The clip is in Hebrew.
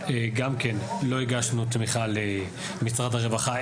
גם כן לא הגשנו תמיכה למשרד הרווחה,